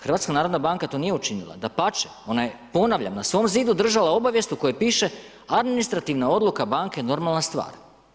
HNB to nije učinila, dapače, ona je, ponavljam, na svom zidu držala obavijest u kojem piše administrativna odluka banke je normalna stvar.